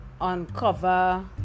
uncover